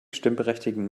stimmberechtigten